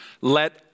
Let